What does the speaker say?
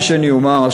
מה שאני אומר,